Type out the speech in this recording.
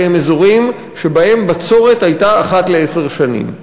אלה הם אזורים שבהם הייתה בצורת אחת לעשר שנים.